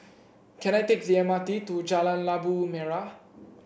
can I take the M R T to Jalan Labu Merah